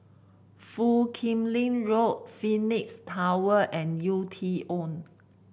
Foo Kim Lin Road Phoenix Tower and U T own